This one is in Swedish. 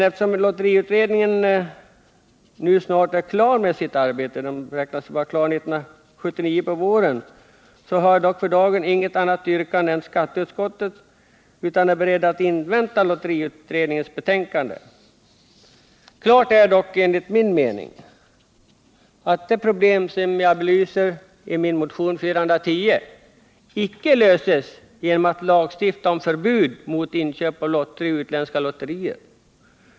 Eftersom lotteriutredningen nu snart är klar med sitt arbete — det beräknas vara klart under våren 1979 — har jag för dagen inget annat yrkande än skatteutskottets, och jag är beredd att invänta lotteriutredningens betänkande. Det är dock enligt min mening klart att de problem jag belyser i motion nr 410 icke löses genom lagstiftning om förbud mot inköp av lotter i utländska lotterier.